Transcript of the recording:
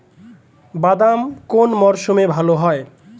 বাদাম কোন মরশুমে ভাল হয়?